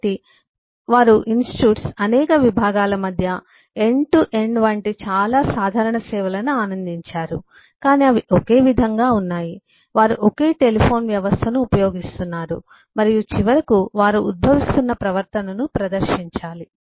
కాబట్టి వారు ఇన్స్టిట్యూట్స్ అనేక విభాగాల మధ్య ఎండ్ టు ఎండ్ వంటి చాలా సాధారణ సేవలను ఆనందించారు కానీ అవి ఒకే విధంగా ఉన్నాయి వారు ఒకే టెలిఫోన్ వ్యవస్థను ఉపయోగిస్తున్నారు మరియు చివరకు వారు ఉద్భవిస్తున్న ప్రవర్తనను ప్రదర్శించాలి